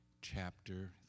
chapter